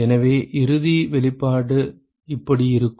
எனவே இறுதி வெளிப்பாடு இப்படி இருக்கும்